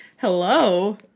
Hello